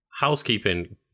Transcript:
Housekeeping